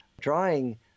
drawing